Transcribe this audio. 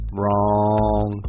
wrong